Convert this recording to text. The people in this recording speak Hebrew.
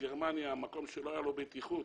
בגרמניה במקום שלא הייתה לו בטיחות